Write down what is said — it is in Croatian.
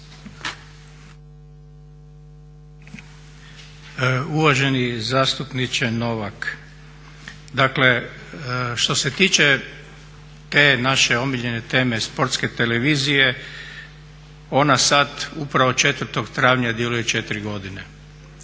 Uvaženi zastupniče Novak, dakle što se tiče te naše omiljene teme Sportske televizije ona sad upravo 4. travnja djeluje 4 godine.